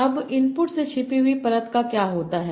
अब इनपुट से छिपी हुई परत का क्या होता है